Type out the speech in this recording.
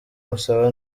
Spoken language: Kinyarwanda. musaba